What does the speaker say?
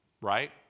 right